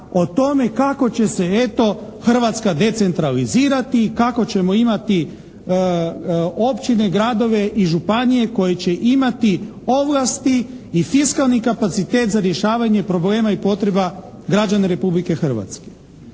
o tome kako će se eto Hrvatska decentralizirati, kako ćemo imati općine, gradove i županije koji će imati ovlasti i fiskalni kapacitet za rješavanje problema i potreba građana Republike Hrvatske.